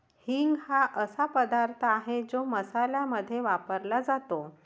हिंग हा असा पदार्थ आहे जो मसाल्यांमध्ये वापरला जातो